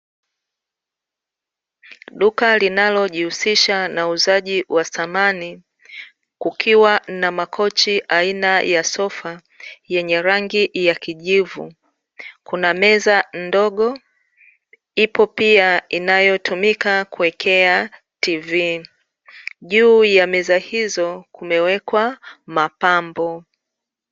Duka linalojihusisha na uuzaji wa samani, kukiwa na makochi aina ya sofa yenye rangi ya kijivu. Kuna meza ndogo, ipo pia inayotumika kuwekea tv. juu ya meza hizo kumewekwa mapambo.